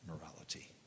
morality